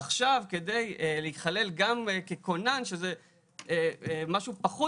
עכשיו כדי להיכלל גם ככונן שזה משהו פחות